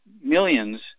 millions